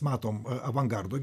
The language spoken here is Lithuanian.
matom avangardo